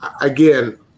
again